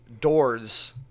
doors